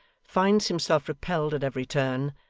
finds himself repelled at every turn,